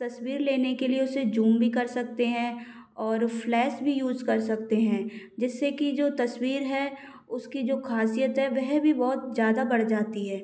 तस्वीर लेने के लिए उसे जूम भी कर सकते हैं और फ्लैश भी यूज़ कर सकते हैं जिससे कि जो तस्वीर है उसकी जो खासियत है वह भी बहुत ज्यादा बढ़ जाती है